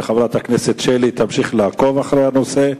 חברת הכנסת יחימוביץ תמשיך לעקוב אחרי הנושא הזה.